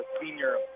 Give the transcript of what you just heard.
senior